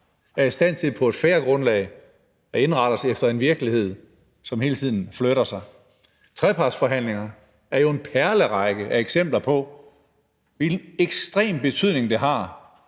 os i stand til på et fair grundlag at indrette os efter en virkelighed, som hele tiden flytter sig. Trepartsforhandlingerne udgør jo en perlerække af eksempler på, hvilken ekstremt stor betydning det har,